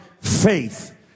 faith